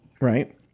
Right